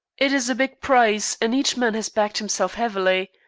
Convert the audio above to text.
it is a big prize, and each man has backed himself heavily.